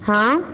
हाँ